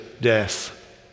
death